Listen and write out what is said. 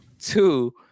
Two